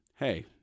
Hey